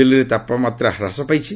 ଦିଲ୍ଲୀରେ ତାପମାତ୍ରା ହ୍ରାସ ପାଇଛି